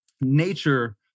nature